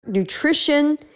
nutrition